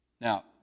Now